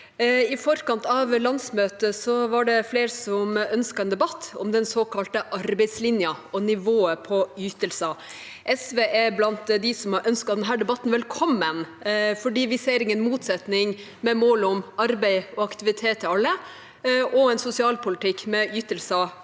I forkant av landsmøtet var det flere som ønsket en debatt om den såkalte arbeidslinja og nivået på ytelser. SV er blant dem som har ønsket denne debatten velkommen, fordi vi ikke ser noen motsetning mellom målet om arbeid og aktivitet til alle og en sosialpolitikk med ytelser